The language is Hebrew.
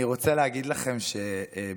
אני רוצה להגיד לכם שבכל,